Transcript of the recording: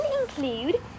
include